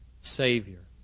Savior